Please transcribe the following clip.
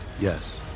Yes